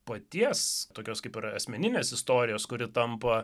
paties tokios kaip ir asmeninės istorijos kuri tampa